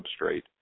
substrate